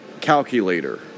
calculator